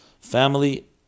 family